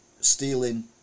stealing